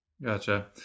Gotcha